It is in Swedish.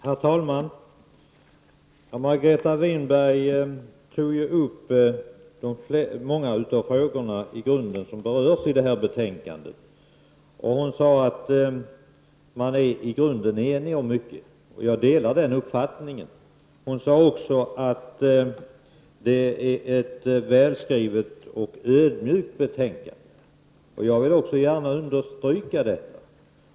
Herr talman! Margareta Winberg tog upp många av de frågor som berörs i jordbruksutskottets betänkande. Hon sade att man i grunden är enig om mycket. Jag delar den uppfattningen. Hon sade också att det är ett välskrivet och ödmjukt betänkande. Jag vill också gärna understryka detta.